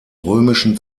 römischen